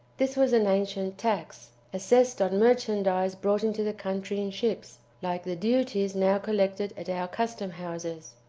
this was an ancient tax, assessed on merchandise brought into the country in ships, like the duties now collected at our custom-houses.